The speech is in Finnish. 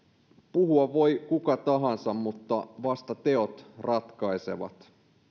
puhua voi kuka tahansa mutta vasta teot ratkaisevat